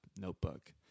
notebook